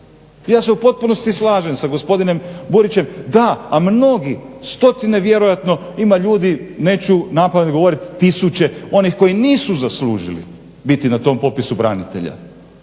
Ja se u potpunosti slažem sa gospodinom Burićem da, a mnogi stotine vjerojatno ima ljudi, neću napamet govoriti tisuće, onih koji nisu zaslužili biti na tom popisu branitelja.